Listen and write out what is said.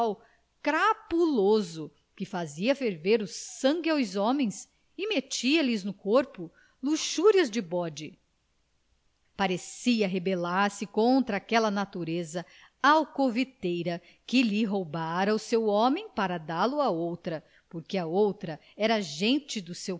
crapuloso que fazia ferver o sangue aos homens e metia lhes no corpo luxúrias de bode parecia rebelar se contra aquela natureza alcoviteira que lhe roubara o seu homem para dá-lo a outra porque a outra era gente do seu